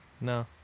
No